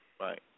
right